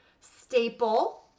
staple